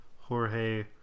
Jorge